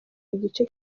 igice